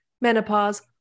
menopause